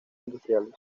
industriales